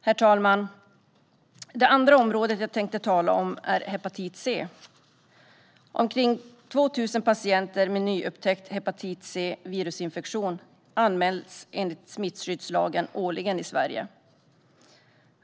Herr talman! Det andra området jag tänkte tala om är hepatit C. Omkring 2 000 patienter med nyupptäckt hepatit C-virusinfektion anmäls enligt smittskyddslagen årligen i Sverige.